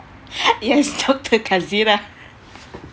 yes talk to fazira